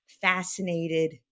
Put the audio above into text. fascinated